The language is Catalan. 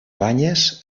banyes